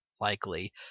likely